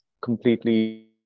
completely